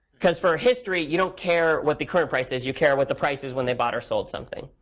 because for a history, you don't care what the current price is. you care what the price is when they bought or sold something.